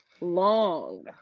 long